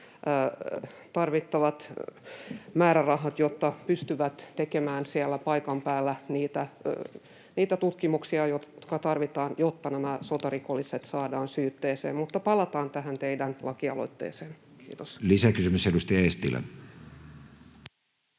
tarvittavat määrärahat, jotta se pystyy tekemään siellä paikan päällä niitä tutkimuksia, jotka tarvitaan, jotta nämä sotarikolliset saadaan syytteeseen. Mutta palataan tähän teidän lakialoitteeseenne. — Kiitos. Lisäkysymys, edustaja Eestilä.